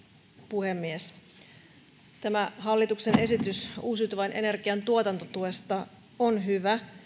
puhemies hallituksen esitys uusiutuvan ener gian tuotantotuesta on hyvä